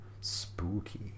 Spooky